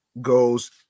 goes